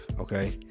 Okay